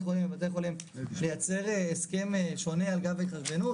חולים ובתי חולים לייצר הסכם שונה על גב ההתחשבנות